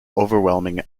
overwhelming